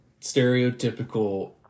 stereotypical